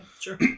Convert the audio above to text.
sure